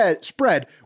spread